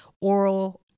oral